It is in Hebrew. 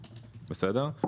בסדר?